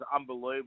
unbelievable